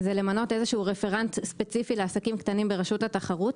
למנות רפרנט ספציפי לעסקים קטנים ברשות התחרות,